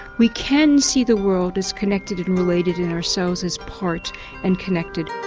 we can see the world as connected and related and ourselves as part and connected.